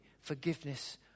forgiveness